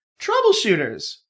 Troubleshooters